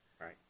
Right